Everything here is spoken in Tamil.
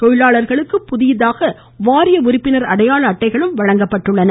தொழிலாளர்களுக்கு புதியதாக வாரிய உறுப்பினர் அடையாள அட்டைகளும் வழங்கப்பட்டன